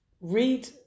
read